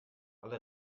alle